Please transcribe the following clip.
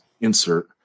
insert